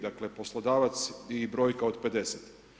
Dakle, poslodavac i brojka od 50.